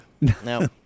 No